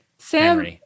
Sam